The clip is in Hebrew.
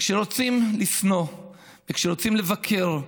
כשרוצים לשנוא וכשרוצים לבקר,